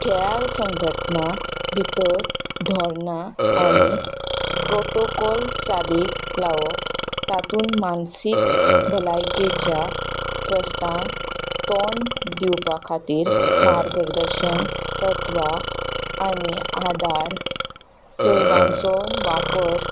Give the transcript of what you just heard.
खेळा संघटना भितर धोरणां आनी प्रोटोकॉल चालीक लावप तातूंत मानसीक भलायकेच्या प्रस्नांक तोंड दिवपा खातीर मार्गदर्शन तत्वां आनी आदार सेवांचो वापर